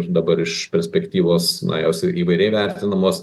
ir dabar iš perspektyvos na jos įvairiai vertinamos